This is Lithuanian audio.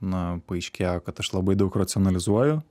na paaiškėjo kad aš labai daug racionalizuoju